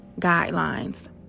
guidelines